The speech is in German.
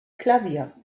klavier